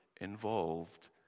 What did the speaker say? involved